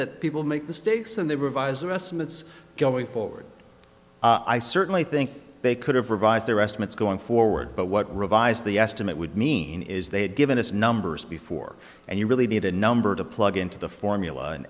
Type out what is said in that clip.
that people make mistakes and they revise their estimates going forward i certainly think they could have revised their estimates going forward but what revised the estimate would mean is they had given us numbers before and you really need a number to plug into the formula an